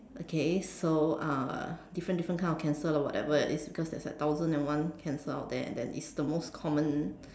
okay so uh different different kind of cancer lah whatever there is cause there is like a thousand and one cancer out there and that is the most common